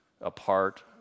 apart